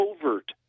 covert